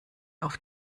auf